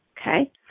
okay